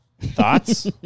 Thoughts